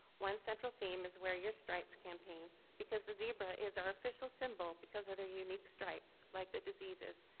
one central theme is wear your stripes campaign, because the zebra is our official symbol because of their unique stripes, like the diseases,